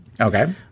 Okay